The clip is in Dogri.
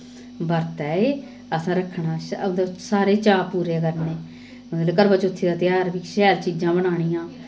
बर्त ऐ एह् असें रक्खना सारे चाऽ पूरे करने मतलब करवाचौथी दा तेहार बी शैल चीजां बनानियां